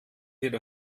wird